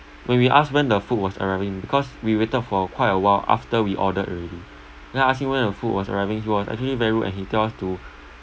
when we asked when the food was arriving because we waited for quite a while after we ordered already then I asked him when the food was arriving he was actually very rude and he tell us to